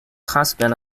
husband